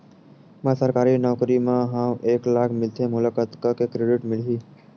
मैं सरकारी नौकरी मा हाव एक लाख मिलथे मोला कतका के क्रेडिट मिलही?